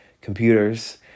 computers